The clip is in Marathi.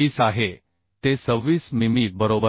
20 आहे ते 26 मिमी बरोबर आहे